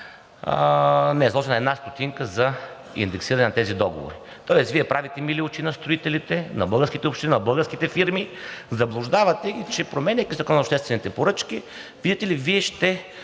не е заложена една стотинка за индексиране на тези договори. Тоест Вие правите мили очи на строителите, на българските общини, на българските фирми, заблуждавате ги, че променяйки Закона за обществените поръчки, видите ли, Вие ще